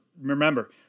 remember